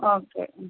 okay